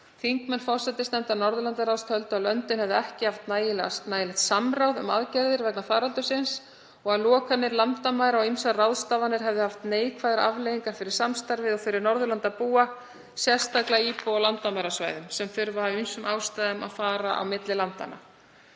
Þingmenn forsætisnefndar Norðurlandaráðs töldu að löndin hefðu ekki haft nægilegt samráð um aðgerðir vegna faraldursins og að lokanir landamæra og ýmsar aðrar ráðstafanir hefðu haft neikvæðar afleiðingar fyrir samstarfið og fyrir Norðurlandabúa, sérstaklega íbúa á landamærasvæðum og aðra sem þurfa af ýmsum ástæðum að fara milli landanna.